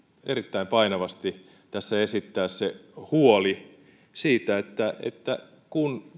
erittäin painavasti tässä esittää se huoli että että kun